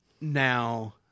now